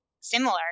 Similar